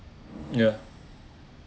ya